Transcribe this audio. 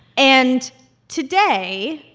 and today